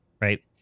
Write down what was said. Right